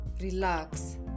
Relax